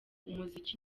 umuziki